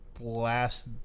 last